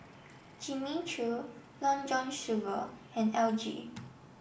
Jimmy Choo Long John Silver and L G